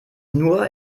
nur